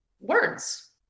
words